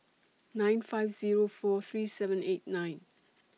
nine five Zero four three seven eight nine